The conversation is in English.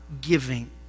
giving